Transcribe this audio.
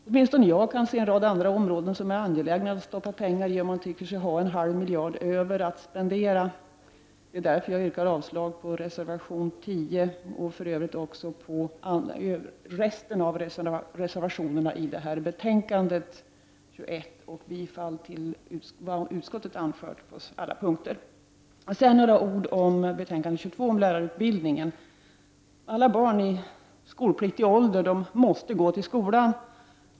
Åtminstone jag kan se en rad andra områden som är angelägnare att stoppa pengar i om man tycker sig ha en halv miljard över att spendera. Jag vill därför yrka avslag på reservation nr 10 i detta betänkande och för övrigt på alla andra reservationer. Dessutom vill jag yrka bifall till vad utskottet anfört på alla punkter. Härefter vill jag säga några ord om betänkande UbU22 om lärarutbildning. Alla barn i skolpliktig ålder måste gå till skolan.